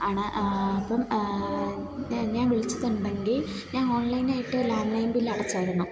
ആണ് അപ്പം ഞാൻ വിളിച്ചതുണ്ടെങ്കിൽ ഞാൻ ഓൺലൈനായിട്ട് ലാൻഡ്ലൈൻ ബില്ല് അടച്ചായിരുന്നു